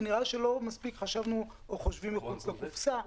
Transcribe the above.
ונראה לי שלא מספיק חשבנו או חושבים מחוץ לקופסה.